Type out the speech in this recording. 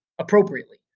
appropriately